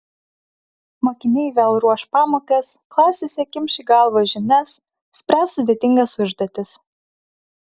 mokiniai vėl ruoš pamokas klasėse kimš į galvą žinias spręs sudėtingas užduotis